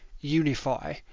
unify